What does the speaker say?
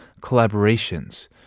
collaborations